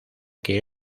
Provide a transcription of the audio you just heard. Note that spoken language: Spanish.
que